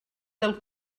del